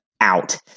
out